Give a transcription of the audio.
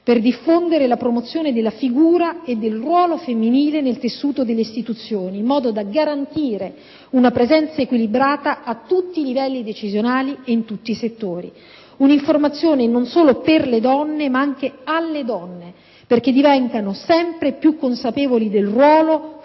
per diffondere la promozione della figura e del ruolo femminile nel tessuto delle istituzioni, in modo da garantire una presenza equilibrata a tutti i livelli decisionali e in tutti i settori. Un'informazione non solo per le donne ma anche alle donne, perché divengano sempre più consapevoli del ruolo fondamentale